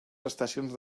estacions